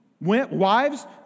Wives